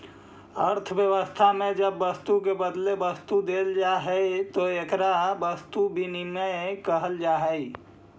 अर्थव्यवस्था में जब वस्तु के बदले वस्तु देल जाऽ हई तो एकरा वस्तु विनिमय कहल जा हई